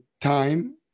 time